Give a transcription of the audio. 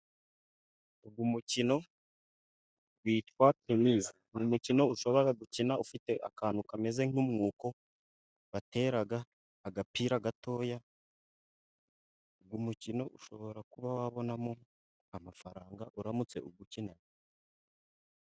Uyu mukino witwa Tonisi. Ni umukino ushobora gukina ufite akantu kameze nk'umwuko, batera agapira gatoya, uyu mukino ushobora kuba wabonamo amafaranga uramutse uwukina.